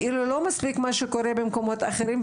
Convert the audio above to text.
כאילו לא מספיק מה שקורה במקומות אחרים,